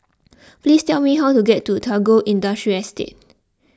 please tell me how to get to Tagore Industrial Estate